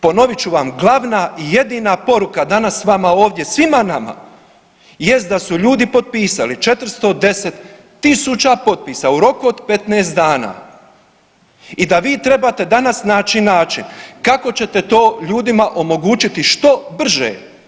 Ponovit ću vam, glavna i jedina poruka danas vama ovdje svima nama jest da su ljudi potpisali 410.000 potpisa u roku od 15 dana i da vi trebate danas naći način kako ćete to ljudima omogućiti što brže.